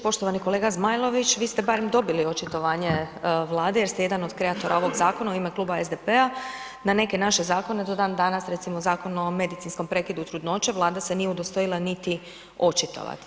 Poštovani kolega Zmajlović, vi ste barem dobili očitovanje Vlade jer ste jedan od kreatora ovog zakona u ime kluba SDP-a, na neke naše zakone do danas recimo Zakon o medicinskim prekidu trudnoće, Vlada se nije udostojila niti očitovati.